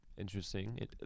Interesting